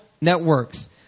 networks